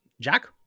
Jack